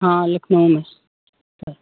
हाँ लखनऊ में सर